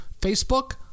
Facebook